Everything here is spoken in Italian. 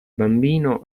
bambino